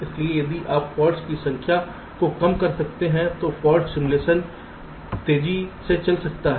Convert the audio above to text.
इसलिए यदि आप फॉल्ट्स की संख्या को कम कर सकते हैं तो फाल्ट सिमुलेशन तेजी से चल सकता है